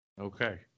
Okay